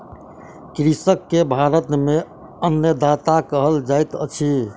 कृषक के भारत में अन्नदाता कहल जाइत अछि